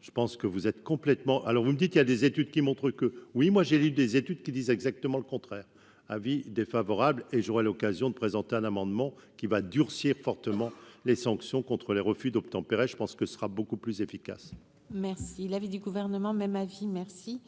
je pense que vous êtes complètement alors vous dites, il y a des études qui montrent que, oui, moi j'ai lu des études qui disent exactement le contraire : avis défavorable et j'aurai l'occasion de présenter un amendement qui va durcir fortement les sanctions contre les refus d'obtempérer, je pense que ce sera beaucoup plus efficace. Merci l'avis du gouvernement, même avis, merci,